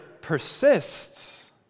persists